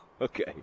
Okay